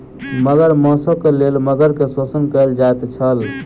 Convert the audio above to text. मगर मौसक लेल मगर के शोषण कयल जाइत छल